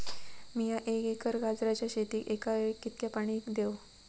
मीया एक एकर गाजराच्या शेतीक एका वेळेक कितक्या पाणी देव?